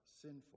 sinful